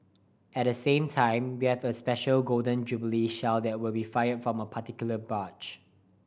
at the same time we have a special Golden Jubilee Shell that will be fired from one particular barge